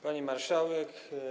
Pani Marszałek!